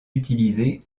utilisées